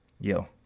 Yo